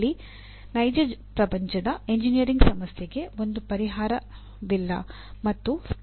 ಇಲ್ಲಿ ನೈಜ ಪ್ರಪಂಚದ ಎಂಜಿನಿಯರಿಂಗ್ ಸಮಸ್ಯೆಗೆ ಒಂದೇ ಪರಿಹಾರವಿಲ್ಲ ಮತ್ತು ಸ್ಪಷ್ಟ ಪರಿಹಾರವೂ ಇಲ್ಲ